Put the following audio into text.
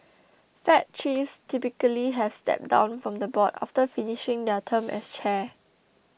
fed chiefs typically have stepped down from the board after finishing their term as chair